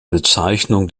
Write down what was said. bezeichnung